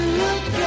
look